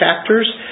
chapters